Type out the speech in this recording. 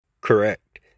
Correct